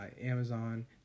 Amazon